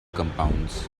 compounds